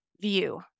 view